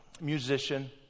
musician